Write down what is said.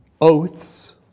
oaths